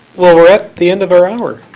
well we're at the end of our hour.